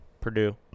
Purdue